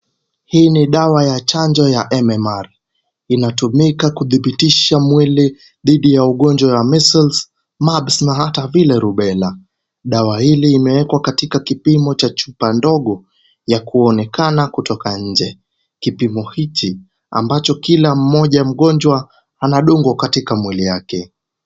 Hii ni dawa ya chanjo ya MMR. Inatumika kuthibitisha mwili dhidhi ya ugonjwa wa Measles, Mumps na hata vile Rubela. Dawa hili imewekwa katika kipimo cha chupa ndogo ya kuonekana kutoka inje kipimo hichi ambacho kila mmoja mgonjwa anadungwa katika mwili yake.